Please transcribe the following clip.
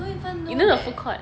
I don't even know eh